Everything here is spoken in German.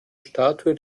statue